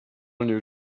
new